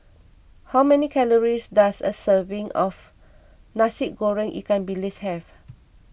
how many calories does a serving of Nasi Goreng Ikan Bilis have